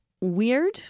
weird